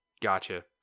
Gotcha